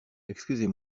excusez